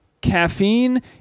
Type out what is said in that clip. caffeine